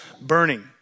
burning